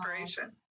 inspiration